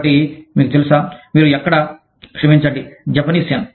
కాబట్టి మీకు తెలుసా మీరు ఎక్కడ క్షమించండి జపనీస్ యెన్